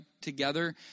together